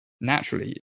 naturally